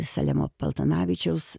saliamo paltanavičiaus